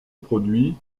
produit